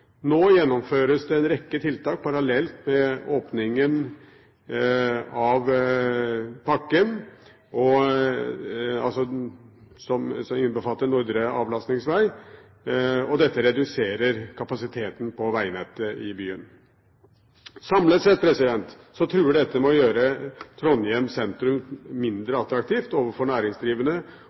Nå gjennomføres det en rekke tiltak parallelt med åpningen av pakken – som innbefatter nordre avlastningsvei – og dette reduserer kapasiteten på veinettet i byen. Samlet sett truer dette med å gjøre Trondheim sentrum mindre attraktivt for næringsdrivende,